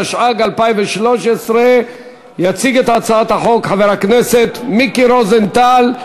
התשע"ג 2013. יציג את הצעת החוק חבר הכנסת מיקי רוזנטל.